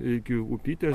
iki upytės